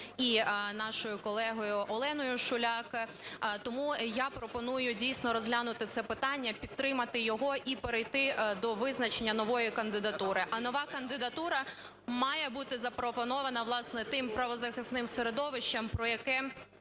і нашою колегою Оленою Шуляк, тому я пропоную дійсно розглянути це питання, підтримати його і перейти до визначення нової кандидатури. А нова кандидатура має бути запропонована, власне, тим правозахисним середовищем, про яке